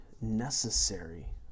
necessary